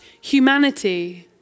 humanity